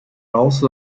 also